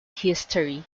history